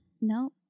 No